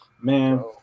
man